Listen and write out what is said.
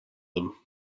them